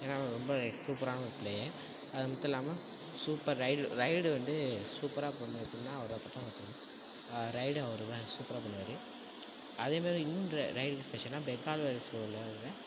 ஏன்னால் அவர் ரொம்ப சூப்பரான ப்ளேயர் அது மத்துல்லாமல் சூப்பர் ரைடர் ரைடு வந்து சூப்பராக பண்ணுவார் எப்படின்னா அவர் ரைடு அவர் தான் சூப்பராக பண்ணுவார் அதே மாரி இன்னொன்னு ரைடு ஸ்பெஷல்னால் பெங்கால் வாரியஸில் உள்ளவர் தான்